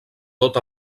tot